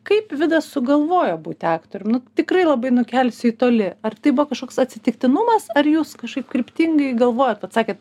kaip vidas sugalvojo būti aktorium nu tikrai labai nukelsiu į toli ar tai buvo kažkoks atsitiktinumas ar jūs kažkaip kryptingai galvojot vat sakėt